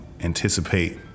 anticipate